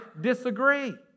disagree